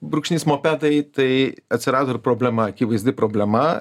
brūkšnys mopedai tai atsirado ir problema akivaizdi problema